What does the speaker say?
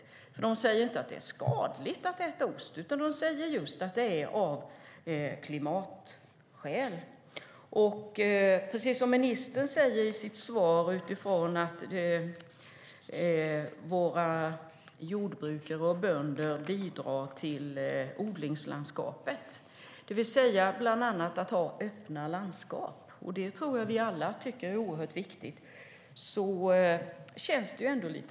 Myndigheten säger inte att det är skadligt att äta ost, utan att vi bör äta mindre ost av klimatskäl. Precis som ministern säger i sitt svar bidrar våra jordbrukare och bönder till odlingslandskapet, till öppna landskap. Det tror jag att vi alla tycker är oerhört viktigt.